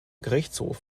gerichtshof